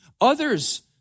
others